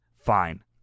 Fine